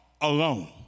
alone